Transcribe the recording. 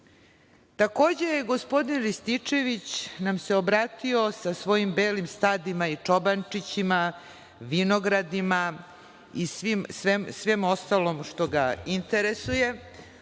gospodin Rističević nam se obratio sa svojim belim stadima i čobančićima, vinogradima i svim ostalim što ga interesuje